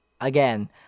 again